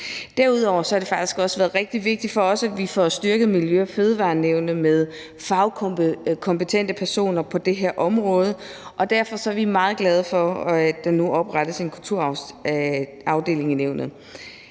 Derudover har det faktisk også været rigtig vigtigt for os, at vi får styrket Miljø- og Fødevareklagenævnet med fagkompetente personer på det her område. Derfor er vi meget glade for, at der nu oprettes en kulturarvsafdeling i nævnet.